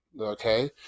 okay